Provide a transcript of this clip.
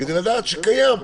כדי לדעת שקיים.